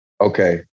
okay